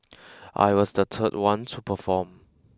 I was the third one to perform